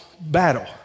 battle